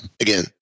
again